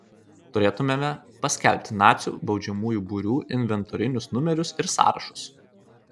turėtumėme paskelbti nacių baudžiamųjų būrių inventorinius numerius ir sąrašus